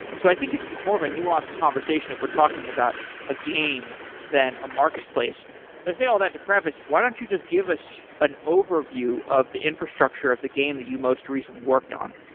so i think it's it's more of a nuanced conversation if we're talking about a game than a marketplace. i say all that to preface. why don't you just give an overview of the infrastructure of the game that you most recently worked on?